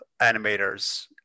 animators